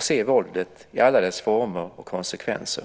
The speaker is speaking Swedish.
se våldet i alla dess former och konsekvenser.